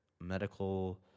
Medical